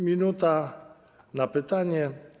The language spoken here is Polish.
Minuta na pytanie.